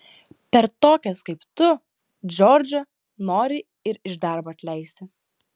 per tokias kaip tu džordžą nori iš darbo atleisti